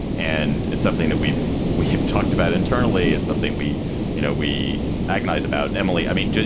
and it's something that we've we have talked about internally. it's something we you know, we agonize about emily. i mean,